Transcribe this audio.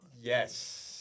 Yes